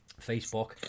facebook